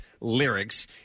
lyrics